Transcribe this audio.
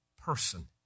person